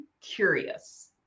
curious